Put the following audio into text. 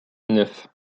neuf